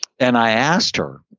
and i asked her,